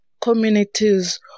communities